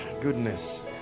goodness